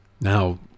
Now